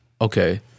Okay